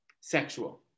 sexual